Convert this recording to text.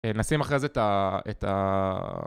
נשים אחרי זה את ה... את ה...